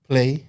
Play